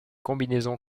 combinaison